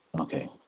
Okay